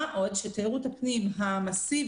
מה עוד שתיירות הפנים המסיבית,